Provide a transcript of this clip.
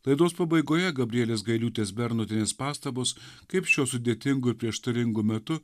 laidos pabaigoje gabrielės gailiūtės bernotienės pastabos kaip šiuo sudėtingu ir prieštaringu metu